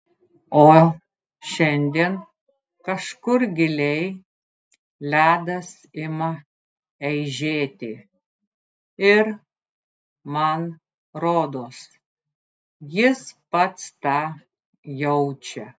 o šiandien kažkur giliai ledas ima eižėti ir man rodos jis pats tą jaučia